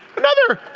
another.